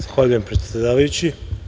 Zahvaljujem, predsedavajući.